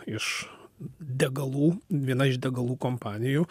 iš degalų viena iš degalų kompanijų